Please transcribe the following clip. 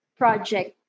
project